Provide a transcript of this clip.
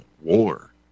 war